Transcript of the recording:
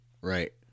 Right